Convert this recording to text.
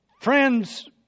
friends